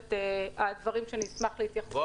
שלושת הדברים שאשמח לקבל